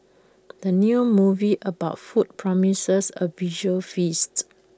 the new movie about food promises A visual feast